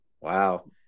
Wow